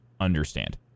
understand